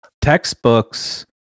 textbooks